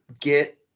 get